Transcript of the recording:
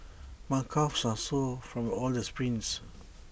my calves are sore from all the sprints